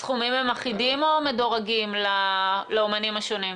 הסכומים הם אחידים או מדורגים לאומנים השונים?